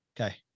Okay